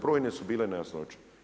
Brojne su bile nejasnoće.